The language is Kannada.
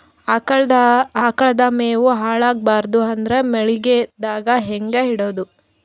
ಆಕಳ ಮೆವೊ ಹಾಳ ಆಗಬಾರದು ಅಂದ್ರ ಮಳಿಗೆದಾಗ ಹೆಂಗ ಇಡೊದೊ?